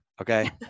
Okay